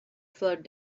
flowed